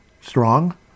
strong